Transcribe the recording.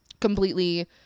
completely